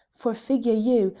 for, figure you!